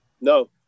No